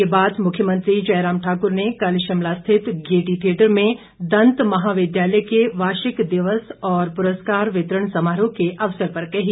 यह बात मुख्यमंत्री जयराम ठाकुर ने कल शिमला स्थित गेयटी थियेटर में दंत महाविद्यालय के वार्षिक दिवस और पुरस्कार वितरण समारोह के अवसर पर कही